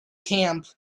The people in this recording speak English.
camp